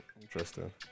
Interesting